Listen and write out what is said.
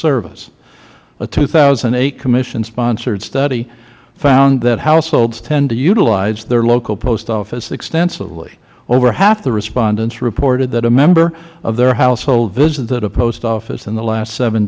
service a two thousand and eight commission sponsored study found that households tend to utilize their local post office extensively over half the respondents reported that a member of their household visited a post office in the last seven